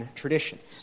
traditions